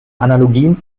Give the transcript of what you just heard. analogien